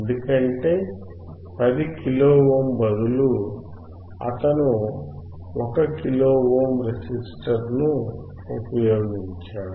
ఎందుకంటే 10 kilo ohm బదులు అతను ఒక కిలో ఓం యొక్క రెసిస్టర్ను ఉపయోగించాడు